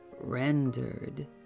rendered